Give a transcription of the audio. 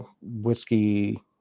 whiskey